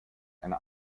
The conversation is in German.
einer